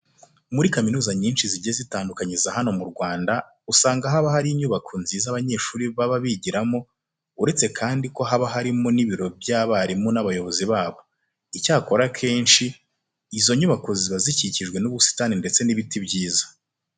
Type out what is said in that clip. Muri kaminuza nyinshi zigiye zitandukanye za hano mu Rwanda usanga haba hari inyubako nziza abanyeshuri baba bigiramo, uretse ko kandi haba harimo n'ibiro by'abarimu n'abayobozi babo. Icyakora akenshi izo nyubako ziba zikikijwe n'ubusitani ndetse n'ibiti byiza.